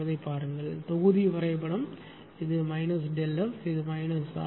இதைப் பாருங்கள் இது தொகுதி வரைபடம் இது மைனஸ் ΔF இது மைனஸ் ஆர்